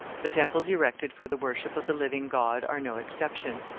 the temples erected for the worship of the living god are no exception.